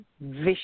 vicious